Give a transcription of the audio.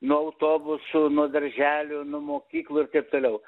nuo autobusų nuo darželių nuo mokyklų ir taip toliau